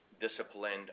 disciplined